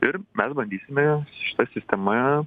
ir mes bandysime šita sistema